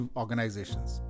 organizations